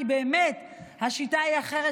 כי באמת השיטה היא אחרת,